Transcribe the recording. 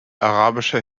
arabische